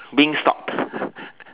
wingstop